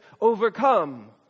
overcome